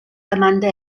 demanda